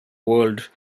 world